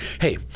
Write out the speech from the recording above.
hey